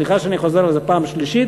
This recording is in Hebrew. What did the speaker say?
סליחה שאני חוזר על זה פעם שלישית,